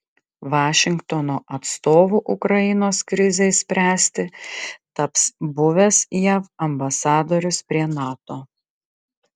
vašingtono atstovu ukrainos krizei spręsti taps buvęs jav ambasadorius prie nato